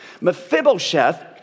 Mephibosheth